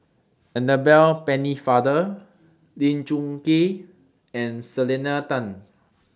Annabel Pennefather Lee Choon Kee and Selena Tan